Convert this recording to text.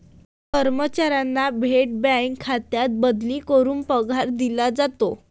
कर्मचाऱ्यांना थेट बँक खात्यात बदली करून पगार दिला जातो